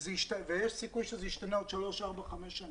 ויש סיכוי שזה ישתנה עוד שלוש-ארבע-חמש שנים,